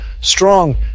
strong